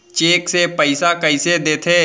Cheque से पइसा कइसे देथे?